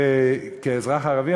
כאזרח ערבי,